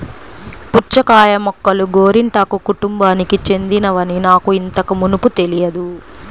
పుచ్చకాయ మొక్కలు గోరింటాకు కుటుంబానికి చెందినవని నాకు ఇంతకు మునుపు తెలియదు